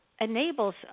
enables